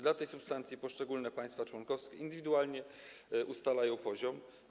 Dla tej substancji poszczególne państwa członkowskie indywidualnie ustalają poziom.